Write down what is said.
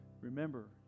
Remember